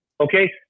okay